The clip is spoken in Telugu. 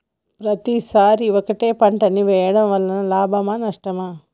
పత్తి సరి ఒకటే పంట ని వేయడం వలన లాభమా నష్టమా?